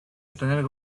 obtener